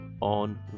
on